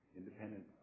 independent